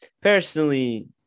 Personally